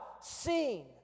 seen